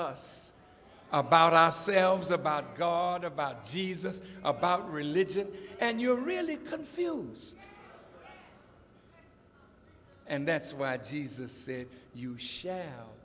us about ourselves about god about jesus about religion and you're really confused and that's why jesus said you shall